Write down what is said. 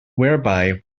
whereby